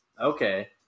Okay